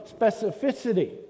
specificity